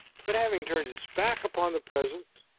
but having turned its back upon the present,